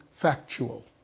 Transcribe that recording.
factual